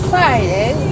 Friday